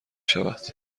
شود